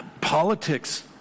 Politics